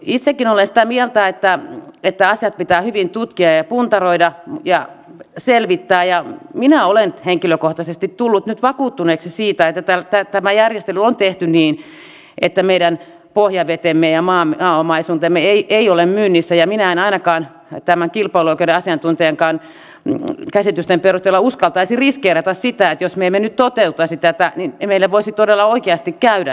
itsekin olen sitä mieltä että asiat pitää hyvin tutkia ja puntaroida ja selvittää ja minä olen henkilökohtaisesti tullut nyt vakuuttuneeksi siitä että tämä järjestely on tehty niin että meidän pohjavetemme ja maaomaisuutemme eivät ole myynnissä ja minä en ainakaan tämän kilpailuoikeuden asiantuntijankaan käsitysten perusteella uskaltaisi riskeerata sitä että jos me emme nyt toteuttaisi tätä niin meille voisi todella oikeasti käydä näin